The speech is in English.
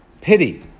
pity